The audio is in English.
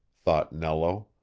thought nello,